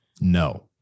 no